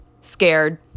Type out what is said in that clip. scared